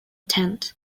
tent